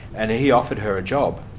and he offered her a job.